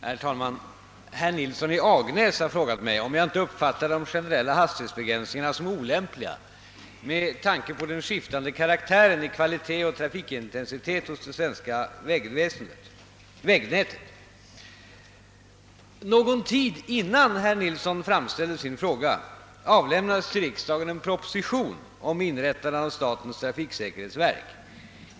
Herr talman! Herr Nilsson i Agnäs har frågat mig, om jag inte uppfattar de generella hastighetsbegränsningarna som olämpliga med tanke på den skiftande karaktären i kvalitet och trafikintensitet hos det svenska vägnätet. Någon tid innan herr Nilsson framställde sin fråga avlämnades till riksdagen en proposition om inrättande av statens trafiksäkerhetsverk.